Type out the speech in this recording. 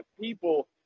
people